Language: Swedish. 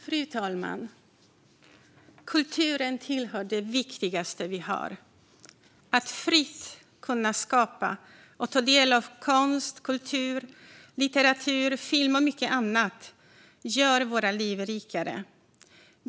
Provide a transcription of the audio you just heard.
Fru talman! Kulturen tillhör det viktigaste vi har. Att fritt kunna skapa och ta del av konst, kultur, litteratur, film och mycket annat gör våra liv rikare.